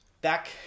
back